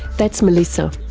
that's melissa.